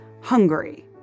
Hungary